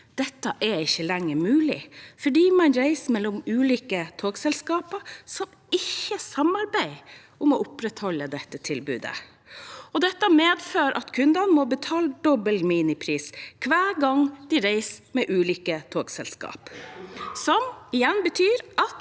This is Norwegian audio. Dette er ikke lenger mulig fordi man reiser mellom ulike togselskaper som ikke samarbeider om å opprettholde et slikt tilbud. Det medfører at kundene må betale dobbel minipris hver gang de reiser med ulike togselskap,